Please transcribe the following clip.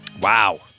Wow